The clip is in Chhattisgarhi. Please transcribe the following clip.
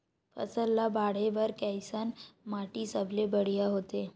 फसल ला बाढ़े बर कैसन माटी सबले बढ़िया होथे?